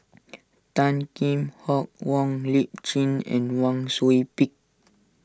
Tan Kheam Hock Wong Lip Chin and Wang Sui Pick